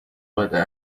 داده